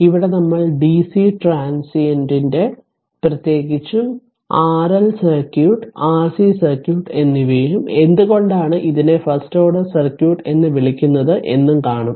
ഇവിടെ നമ്മൾ DC transient പ്രത്യേകിച്ചും ആർഎൽ സർക്യൂട്ട് ആർസി സർക്യൂട്ട് എന്നിവയും എന്തുകൊണ്ടാണ് ഇതിനെ ഫസ്റ്റ് ഓർഡർ സർക്യൂട്ട് എന്നു വിളിക്കുന്നത് എന്നും കാണും